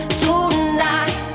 tonight